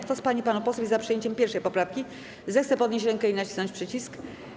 Kto z pań i panów posłów jest za przyjęciem 1. poprawki, zechce podnieść rękę i nacisnąć przycisk.